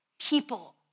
People